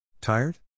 Tired